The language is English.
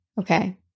Okay